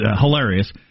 hilarious